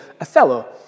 Othello